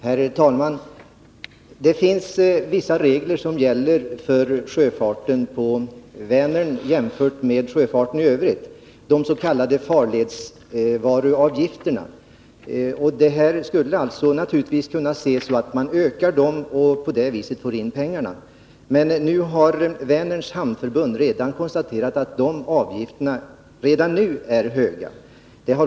Herr talman! Det finns vissa regler för sjöfarten på Vänern, jämfört med sjöfarten i övrigt — nämligen beträffande de s.k. farledsvaruavgifterna. Det här skulle naturligtvis kunna ses på det sättet att man ökar dessa avgifter och därigenom får in pengar. Men Vänerns hamnförbund har konstaterat att de avgifterna redan nu är höga.